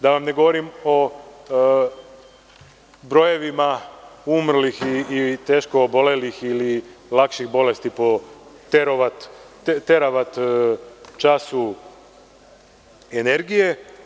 Da vam ne govorim o brojevima umrlih i teško obolelih ili lakših bolesti po teravat-času energije.